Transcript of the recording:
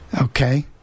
Okay